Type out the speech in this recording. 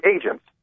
agents